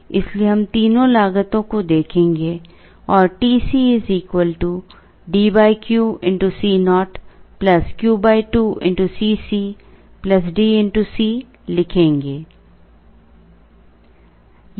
इसलिए हम तीनों लागतो को देखेंगे और TC D Q Co Q 2Cc D C लिखेंगे